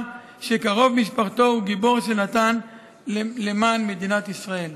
שקרוב משפחתו הוא גיבור שנתן למען מדינת ישראל.